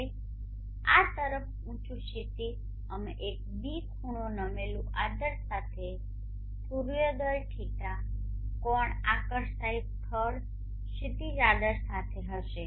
હવે આ તરફ ઉંચુ ક્ષિતિજ અમે એક ß ખૂણો નમેલું આદર સાથે સૂર્યોદય ϕ કોણ આકર્ષાય સ્થળ ક્ષિતિજ આદર સાથે હશે